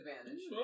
advantage